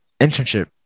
internship